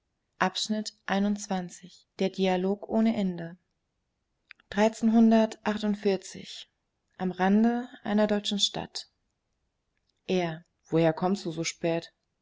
volks-zeitung februar der dialog ohne ende am rande einer deutschen stadt er woher kommst du so spät